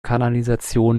kanalisation